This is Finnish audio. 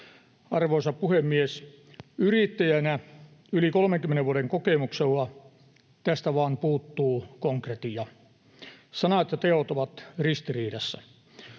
Arvoisa puhemies! Yrittäjänä yli 30 vuoden kokemuksella tästä vain puuttuu konkretia. Sanat ja teot ovat ristiriidassa.